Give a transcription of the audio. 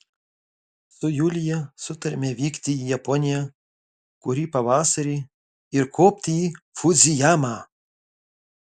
su julija sutarėme vykti į japoniją kurį pavasarį ir kopti į fudzijamą